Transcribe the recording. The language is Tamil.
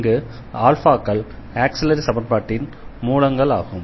இங்கு க்கள் ஆக்ஸிலரி சமன்பாட்டின் மூலங்கள் ஆகும்